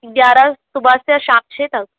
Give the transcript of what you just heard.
گیارہ صبح سے شام چھ تک